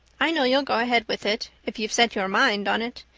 i know you'll go ahead with it if you've set your mind on it.